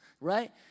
right